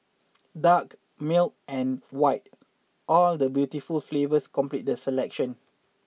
dark milk and white all the beautiful flavours complete the selection